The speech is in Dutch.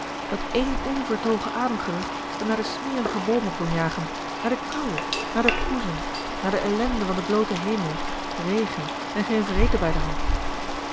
dat één onvertogen ademgerucht m naar de smerige boomen kon jagen naar de kou naar de poesen naar de ellende van den blooten hemel regen en geen vreten bij de hand